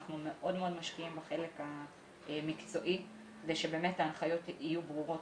אנחנו מאוד מאוד משקיעים בחלק המקצועי כדי שבאמת ההנחיות יהיו ברורות.